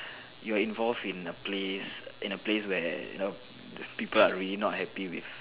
you are involved in a place in a place where you know people are really not happy with